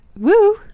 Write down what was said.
Woo